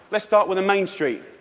let's start with the main street.